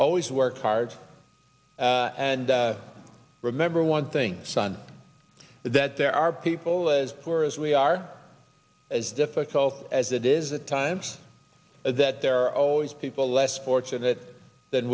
always work hard and remember one thing son that there are people as poor as we are as difficult as it is the times that there are always people less fortunate that